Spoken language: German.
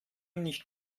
nicht